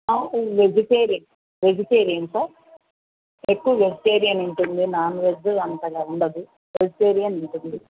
vegetarian vegetarian sir ఎక్కువ vegetarian ఉంటుంది non veg అంతగా ఉండదు వెజిటేరియన్ ఉంటుంది